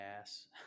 ass